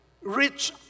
rich